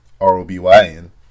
R-O-B-Y-N